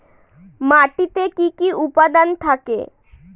মাটিতে কি কি উপাদান থাকে?